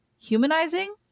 humanizing